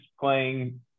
playing